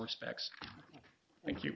respects thank you